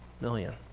million